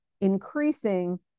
increasing